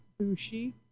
Bushi